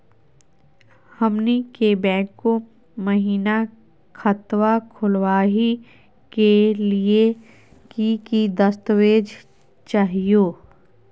हमनी के बैंको महिना खतवा खोलही के लिए कि कि दस्तावेज चाहीयो?